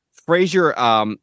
Frazier